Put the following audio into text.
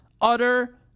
Utter